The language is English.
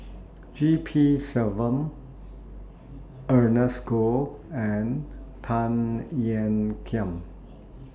G P Selvam Ernest Goh and Tan Ean Kiam